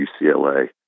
UCLA